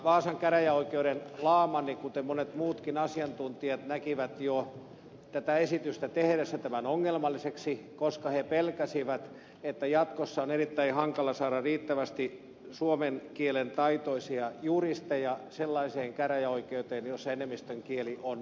vaasan käräjäoikeuden laamanni kuten monet muutkin asiantuntijat näki jo tätä esitystä tehtäessä tämän ongelmalliseksi koska he pelkäsivät että jatkossa on erittäin hankala saada riittävästi suomen kielen taitoisia juristeja sellaiseen käräjäoikeuteen jossa enemmistön kieli on ruotsi